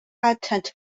attend